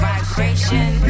Vibration